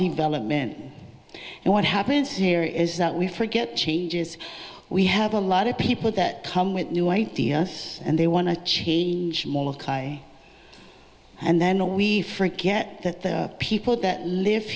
development and what happens here is that we forget changes we have a lot of people that come with new ideas and they want to change more i and then we forget that the people that live